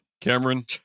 Cameron